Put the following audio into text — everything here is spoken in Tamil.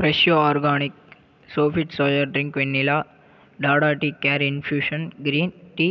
Fresho organic Sofit soya drink vanilla Tata tea care infusion green tea